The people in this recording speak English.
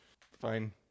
fine